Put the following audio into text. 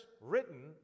written